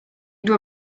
doit